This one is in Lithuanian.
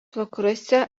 vakaruose